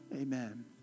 Amen